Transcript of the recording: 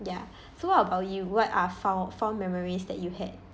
ya so what about you what are found fond memories that you had